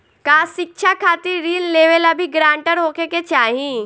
का शिक्षा खातिर ऋण लेवेला भी ग्रानटर होखे के चाही?